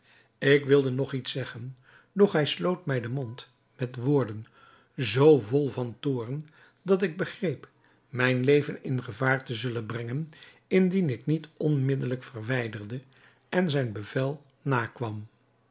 ik wilde nog iets zeggen doch hij sloot mij den mond met woorden zoo vol toorn dat ik begreep mijn leven in gevaar te zullen brengen indien ik mij niet onmiddelijk verwijderde en zijn bevel nakwam